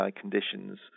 conditions